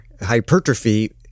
hypertrophy